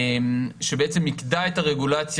שמיקדה את הרגולציה,